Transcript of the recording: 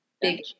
big